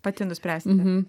pati nuspręsite